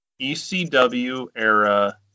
ECW-era